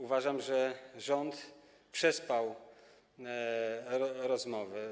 Uważam, że rząd przespał rozmowy.